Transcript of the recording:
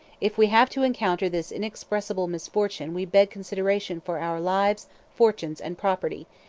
if we have to encounter this inexpressible misfortune we beg consideration for our lives, fortunes, and property,